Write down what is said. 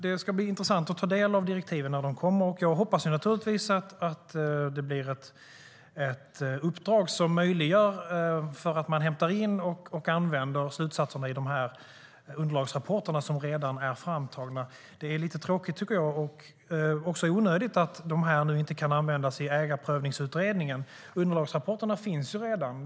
Det ska bli intressant att ta del av direktiven när de kommer. Jag hoppas naturligtvis att det blir ett uppdrag som möjliggör att man hämtar in och använder slutsatserna i de underlagsrapporter som redan är framtagna. Det är lite tråkigt och också onödigt att de nu inte kan användas i Ägarprövningsutredningen. Underlagsrapporterna finns ju redan.